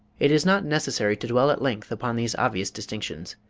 it is not necessary to dwell at length upon these obvious distinctions.